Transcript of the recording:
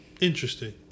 Interesting